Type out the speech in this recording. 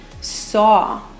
saw